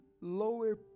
lower